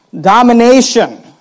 domination